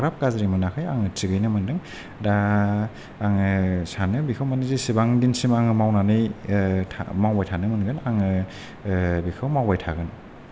एफाग्राब गाज्रि मोनाखै आङो थिगैनो मोनदों दा आङो सानो बिखैमोन जिसिबां दिनसिम आङो मावनानै ओ मावबाय थानो मोनगोन आङो ओ बेखौ मावबाय थागोन